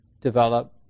develop